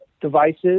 devices